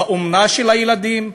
באומנה של הילדים,